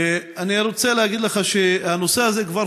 ואני רוצה להגיד לך שהנושא הזה כבר